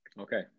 Okay